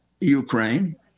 Ukraine